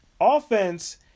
offense